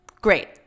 Great